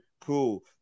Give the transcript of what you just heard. cool